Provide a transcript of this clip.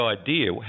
idea